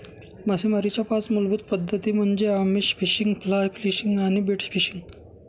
मासेमारीच्या पाच मूलभूत पद्धती म्हणजे आमिष फिशिंग, फ्लाय फिशिंग आणि बेट फिशिंग